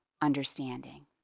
understanding